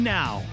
now